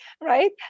right